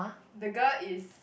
the girl is